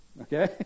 Okay